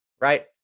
right